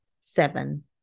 Seven